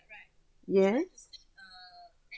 yes